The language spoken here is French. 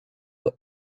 eaux